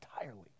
entirely